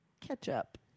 Ketchup